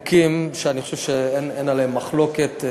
עוד שני חוקים שאני חושב שאין עליהם מחלוקת,